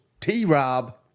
T-Rob